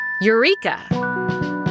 Eureka